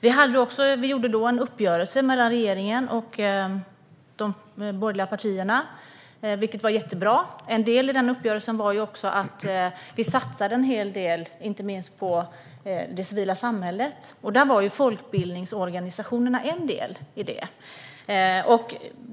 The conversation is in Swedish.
Regeringen och de borgerliga partierna gjorde då en uppgörelse, vilket var jättebra. En del i den uppgörelsen var att en hel del satsades inte minst på det civila samhället. Där var folkbildningsorganisationerna en del.